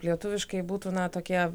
lietuviškai būtų na tokie